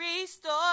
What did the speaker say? ReStore